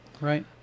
right